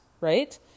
right